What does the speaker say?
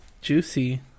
juicy